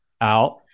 out